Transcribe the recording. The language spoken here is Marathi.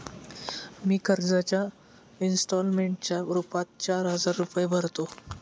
मी कर्जाच्या इंस्टॉलमेंटच्या रूपात चार हजार रुपये भरतो